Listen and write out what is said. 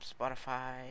Spotify